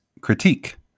critique